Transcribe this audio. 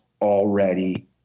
already